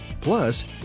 plus